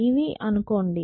ఇవి అనుకోండి